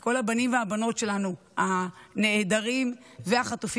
את כל הבנים והבנות שלנו הנעדרים והחטופים,